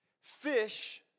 Fish